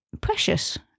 Precious